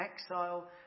exile